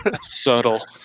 Subtle